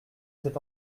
cet